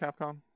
Capcom